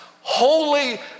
holy